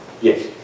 Yes